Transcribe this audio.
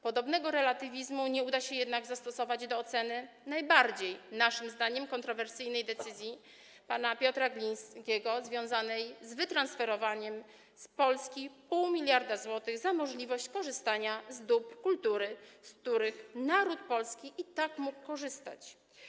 Podobnego relatywizmu nie uda się jednak zastosować do oceny najbardziej naszym zdaniem kontrowersyjnej decyzji pana Piotra Glińskiego, związanej z wytransferowaniem z Polski 0,5 mld zł za możliwość korzystania z dóbr kultury, z których naród polski i tak mógł korzystać.